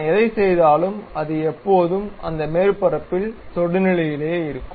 நான் எதைச் செய்தாலும் அது எப்போதும் அந்த மேற்பரப்பில் தொடுவாக இருக்கும்